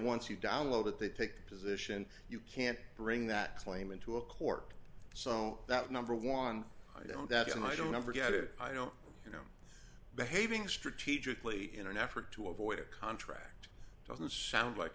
once you download it they take the position you can't bring that claim into a court so that number one i don't doubt and i don't ever get it i don't you know behaving strategically in an effort to avoid a contract doesn't sound like